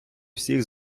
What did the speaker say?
всіх